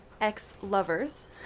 ex-lovers